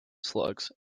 slugs